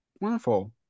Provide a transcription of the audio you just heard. Wonderful